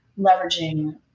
leveraging